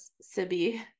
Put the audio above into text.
Sibby